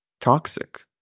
toxic